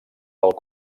pel